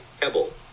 pebble